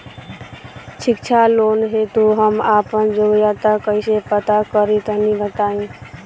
शिक्षा लोन हेतु हम आपन योग्यता कइसे पता करि तनि बताई?